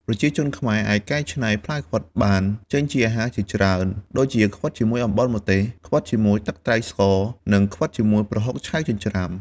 ប្រជាជនខ្មែរអាចកែច្នៃផ្លែខ្វិតបានចេញជាអាហារបានច្រើន ដូចជា ខ្វិតជាមួយអំបិលម្ទេស ខ្វិតជាមួយទឹកត្រីស្ករ និងខ្វិតជាមួយប្រហុកឆៅចិញ្ច្រាំ ។